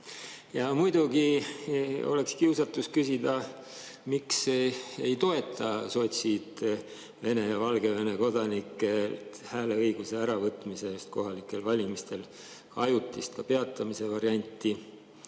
Muidugi oleks kiusatus küsida, miks ei toeta sotsid Vene ja Valgevene kodanikelt hääleõiguse äravõtmist kohalikel valimistel, ka ajutise peatamise varianti,